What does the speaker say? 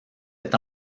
est